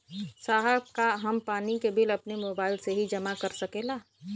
साहब का हम पानी के बिल अपने मोबाइल से ही जमा कर सकेला?